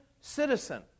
citizen